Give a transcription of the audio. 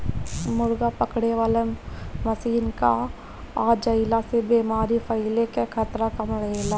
मुर्गा पकड़े वाला मशीन के आ जईला से बेमारी फईले कअ खतरा कम रहेला